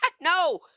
No